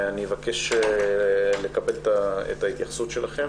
אני מבקש לקבל את ההתייחסות שלכם.